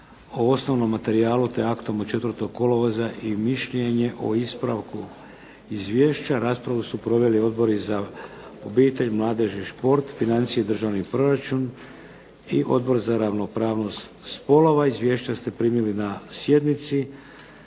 o osnovnom materijalu te aktom od 4. kolovoza i mišljenje o ispravku izvješća. Raspravu su proveli Odbori za obitelj, mladeži šport, financije i državni proračun i Odbor za ravnopravnost spolova. Izvješća ste primili na sjednici.